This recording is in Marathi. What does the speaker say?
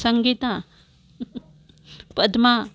संगीता पद्मा